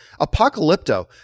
Apocalypto